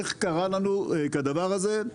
איך קרה לנו כדבר הזה,